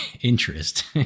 interest